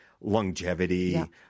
longevity